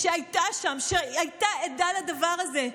שהייתה שם, שהייתה עדה לדבר הזה.